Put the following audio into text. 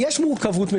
שיישבו בהרכב,